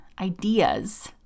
ideas